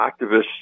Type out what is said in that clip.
activists